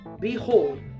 Behold